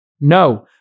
No